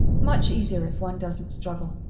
much easier if one doesn't struggle.